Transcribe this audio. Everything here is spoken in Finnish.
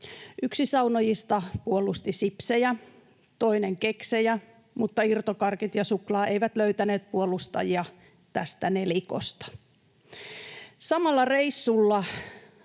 Yksi saunojista puolusti sipsejä, toinen keksejä, mutta irtokarkit ja suklaa eivät löytäneet puolustajia tästä nelikosta. Samalla reissulla